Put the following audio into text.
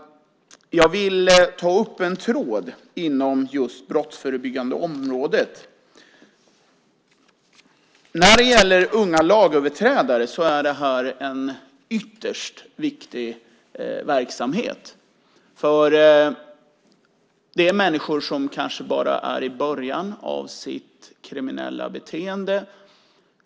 Jag vill ta upp en tråd inom just det brottsförebyggande området. När det gäller unga lagöverträdare är detta en ytterst viktig verksamhet. Det är människor som kanske är bara i början av sitt kriminella beteende.